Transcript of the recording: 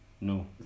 no